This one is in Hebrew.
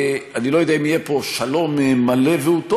אני לא יודע אם יהיה פה שלום מלא ואוטופי,